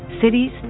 cities